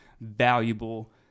valuable